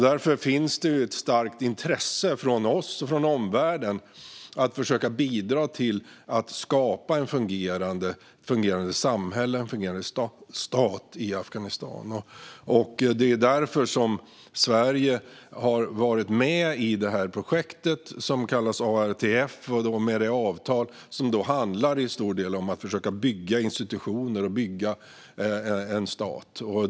Därför finns det ett starkt intresse från oss och från omvärlden av att försöka bidra till att skapa ett fungerande samhälle och en fungerande stat i Afghanistan. Det är därför som Sverige har varit med i det projekt som kallas ARTF, med ett avtal som till stor del handlar om att bygga institutioner och att bygga en stat.